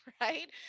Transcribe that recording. right